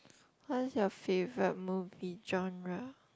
what is your favorite movie genre